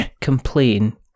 complain